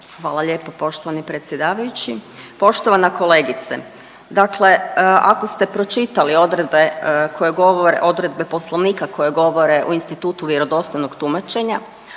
Hvala lijepo poštovani predsjedavajući. Poštovana kolegice, dakle ako ste pročitali odredbe koje govore, odredbe Poslovnika koje govore o institutu vjerodostojnog tumačenja